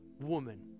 woman